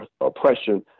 oppression